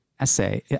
essay